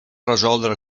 resoldre